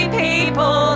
people